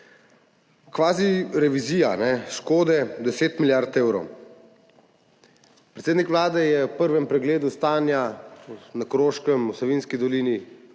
Kvazi revizija škode – 10 milijard evrov. Predsednik Vlade je ob prvem pregledu stanja na Koroškem, v Savinjski dolini